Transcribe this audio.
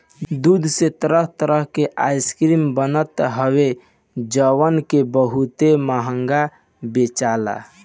दूध से तरह तरह के आइसक्रीम बनत हवे जवना के बहुते महंग बेचाला